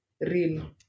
real